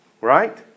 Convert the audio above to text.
right